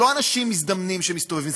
אלה לא אנשים מזדמנים שמסתובבים,